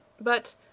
but—